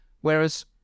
Whereas